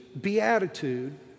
beatitude